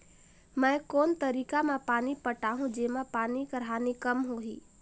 मैं कोन तरीका म पानी पटाहूं जेमा पानी कर हानि कम होही?